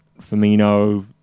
Firmino